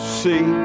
see